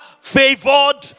favored